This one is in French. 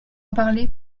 parlé